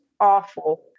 awful